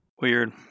Weird